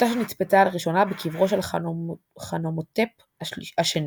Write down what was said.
שיטה שנצפתה לראשונה בקברו של חנומותפ השני,